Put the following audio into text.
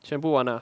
全部玩了啊